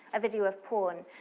a video of porn,